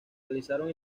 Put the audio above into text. realizaron